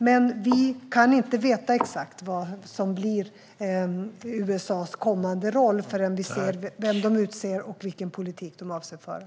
Men vi kan inte veta exakt vad som blir USA:s kommande roll förrän vi ser vem de utser och vilken politik de avser att föra.